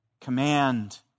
command